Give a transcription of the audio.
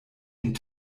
den